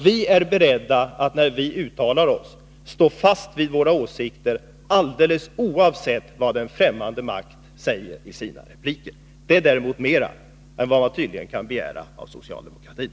Vi är beredda att när vi uttalar oss stå fast vid våra åsikter alldeles oavsett vad en främmande makt säger i sina repliker. Det är tydligen mera än vad man kan begära av socialdemokratin.